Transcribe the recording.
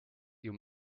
you